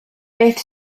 beth